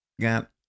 got